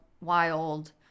wild